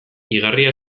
igarria